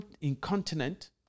incontinent